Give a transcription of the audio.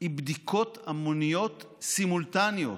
היא בדיקות המוניות סימולטניות,